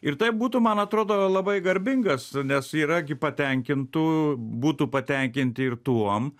ir taip būtų man atrodo labai garbingas nes yra gi patenkintų būtų patenkinti ir tuom